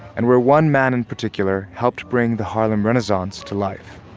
and where one man in particular helped bring the harlem renaissance to life